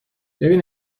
ببین